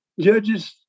Judges